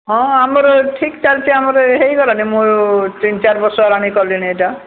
ହଁ ଆମର ଠିକ୍ ଚାଲଛି ଆମର ହୋଇଗଲାଣି ମୋର ତିନି ଚାରି ବର୍ଷ ହେଲାଣି କଲିଣି ଏଇଟା